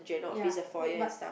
ya wait but